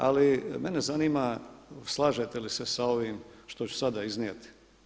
Ali mene zanima slažete li se sa ovim što ću sada iznijeti.